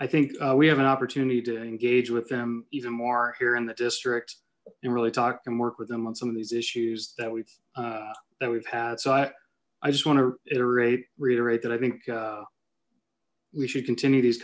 i think we have an opportunity to engage with them even more here in the district and really talk and work with them on some of these issues that we've that we've had so i i just want to iterate reiterate that i think we should continue these